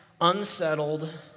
unsettled